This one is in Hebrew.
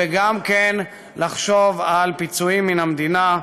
וגם לחשוב על פיצויים מהמדינה,